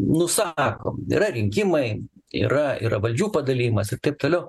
nusakom yra rinkimai yra yra valdžių padalijimas ir taip toliau